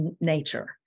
nature